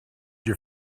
your